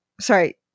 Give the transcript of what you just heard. sorry